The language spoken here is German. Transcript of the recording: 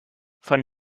von